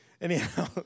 Anyhow